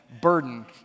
burden